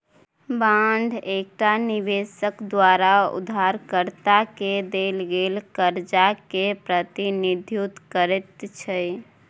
bond एकटा निबेशक द्वारा उधारकर्ता केँ देल गेल करजा केँ प्रतिनिधित्व करैत छै